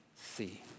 see